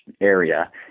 area